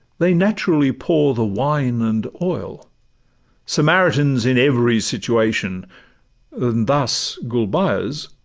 they naturally pour the wine and oil samaritans in every situation and thus gulbeyaz,